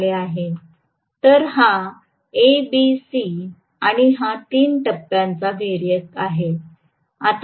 तर हा A B C आणि हा तीन टप्प्यांचा व्हेरिएक आहे